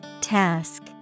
Task